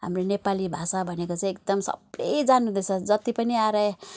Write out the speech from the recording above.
हाम्रो नेपाली भाषा भनेको चाहिँ एकदम सबले जान्नुहुँदैछ जति पनि आएर